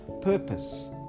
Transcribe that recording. purpose